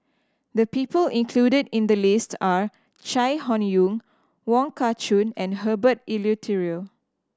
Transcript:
the people included in the list are Chai Hon Yoong Wong Kah Chun and Herbert Eleuterio